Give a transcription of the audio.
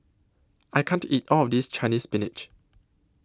I can't eat All of This Chinese Spinach